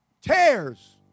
tears